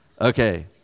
Okay